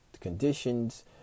conditions